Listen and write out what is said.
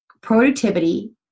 Productivity